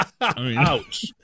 Ouch